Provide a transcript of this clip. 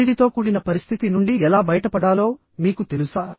ఒత్తిడితో కూడిన పరిస్థితి నుండి ఎలా బయటపడాలో మీకు తెలుసా